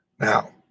Now